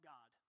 God